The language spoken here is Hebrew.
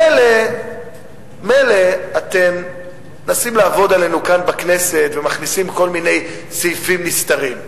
מילא אתם מנסים לעבוד עלינו כאן בכנסת ומכניסים כל מיני סעיפים נסתרים,